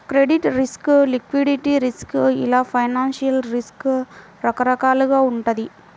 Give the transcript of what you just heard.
credit risk, liquidity risk ఇలా financial risk రకరకాలుగా వుంటది